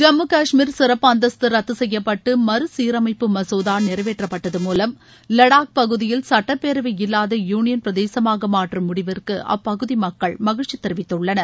ஜம்மு கஷ்மீர் சிறப்பு அந்தஸ்து ரத்து செய்யப்பட்டு மறு சீரமைப்பு மசோதா நிறைவேற்றப்பட்டது மூலம் லடாக் பகுதியில் சுட்டப்பேரவை இல்லாத யூனியன் பிரதேசமாக மாற்றும் முடிவிற்கு அப்பகுதி மக்கள் மகிழ்ச்சி தெரிவித்துள்ளனர்